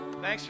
Thanks